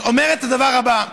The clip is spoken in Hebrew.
אומרת את הדבר הזה: